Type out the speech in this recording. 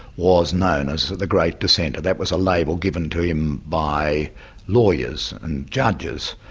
was known as the great dissenter that was a label given to him by lawyers and judges.